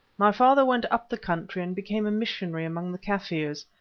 my father went up the country and became a missionary among the kaffirs,